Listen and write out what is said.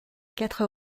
quatre